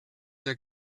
der